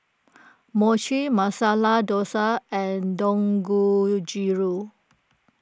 Mochi Masala Dosa and Dangojiru